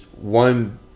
one